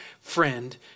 friend